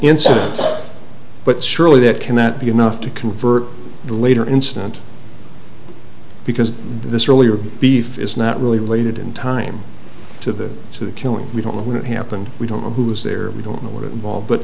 incident but surely that can that be enough to convert the later incident because this really are beef is not really related in time to that so the killing we don't know what happened we don't know who was there we don't know what it involved but